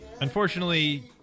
Unfortunately